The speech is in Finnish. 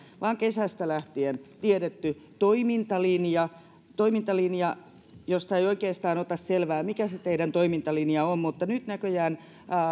vaan kesästä lähtien tiedetty toimintalinja toimintalinja ja siitä ei oikeastaan ota selvää mikä se teidän toimintalinjanne on mutta nyt näköjään